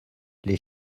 les